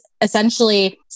essentially